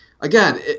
again